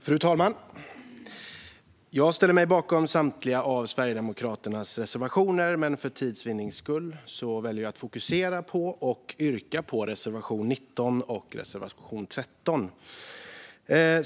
Fru talman! Jag ställer mig bakom Sverigedemokraternas samtliga reservationer, men för tids vinnande yrkar jag bifall endast till reservationerna 19 och 14.